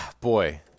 Boy